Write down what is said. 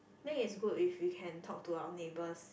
then it's good if we can talk to our neighbors